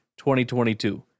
2022